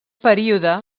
període